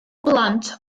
blant